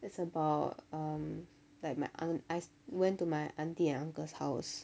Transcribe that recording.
it's about um like my aunt I went to my aunty and uncle's house